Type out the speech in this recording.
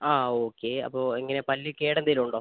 ആ ഓക്കെ അപ്പോൾ എങ്ങനെയാണ് പല്ല് കേട് എന്തെങ്കിലും ഉണ്ടോ